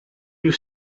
you